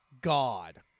God